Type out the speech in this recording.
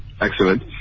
Excellent